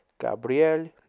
Gabriel